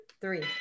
three